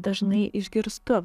dažnai išgirstu